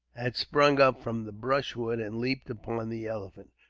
had sprung up from the brushwood and leaped upon the elephant.